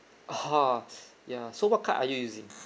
(uh huh) ya so what card are you using